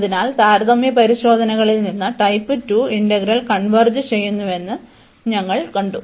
അതിനാൽ താരതമ്യ പരിശോധനകളിൽ നിന്ന് ടൈപ്പ് 2 ഇന്റഗ്രൽ കൺവേർജ് ചെയ്യുന്നുവെന്ന് ഞങ്ങൾ കണ്ടു